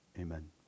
amen